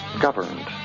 governed